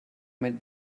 made